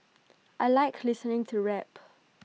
I Like listening to rap